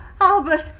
Albert